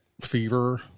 fever